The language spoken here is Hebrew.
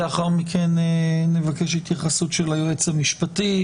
לאחר מכן נבקש התייחסות של היועץ המשפטי,